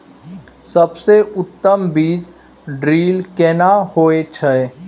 सबसे उत्तम बीज ड्रिल केना होए छै?